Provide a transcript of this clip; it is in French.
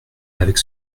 avec